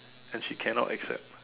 and she cannot accept